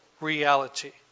reality